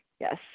Yes